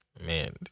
Man